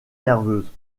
nerveuse